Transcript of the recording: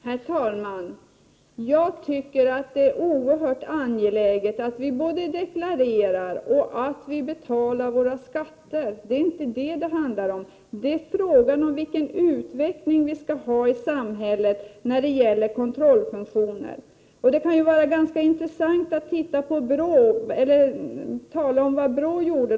Herr talman! Jag tycker att det är oerhört angeläget att vi både deklarerar och betalar våra skatter. Det är inte det saken handlar om. Det är frågan om vilken utveckling vi skall ha i samhället när det gäller kontrollfunktioner. Det kan vara ganska intressant att tala om vad BRÅ gjorde.